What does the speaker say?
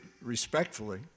respectfully